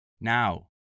Now